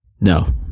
No